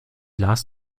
lars